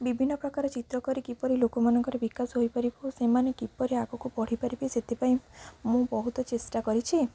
ବିଭିନ୍ନ ପ୍ରକାର ଚିତ୍ର କରି କିପରି ଲୋକମାନଙ୍କର ବିକାଶ ହୋଇପାରିବ ସେମାନେ କିପରି ଆଗକୁ ବଢ଼ିପାରିବେ ସେଥିପାଇଁ ମୁଁ ବହୁତ ଚେଷ୍ଟା କରିଛି